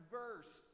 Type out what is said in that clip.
verse